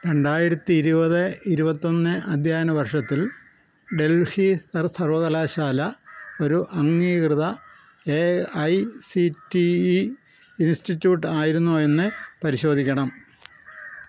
രണ്ടായിരത്തി ഇരുപത് ഇരുപത്തൊന്ന് അധ്യയന വർഷത്തിൽ ഡൽഹി സർവകലാശാല ഒരു അംഗീകൃത A I C T E institute ആയിരുന്നോ എന്ന് പരിശോധിക്കണം